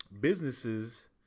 businesses